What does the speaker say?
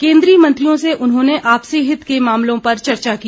केन्द्रीय मंत्रियों से उन्होंने आपसी हित के मामलों पर चर्चा की